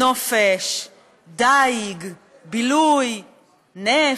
נופש, דיג, בילוי, נפט,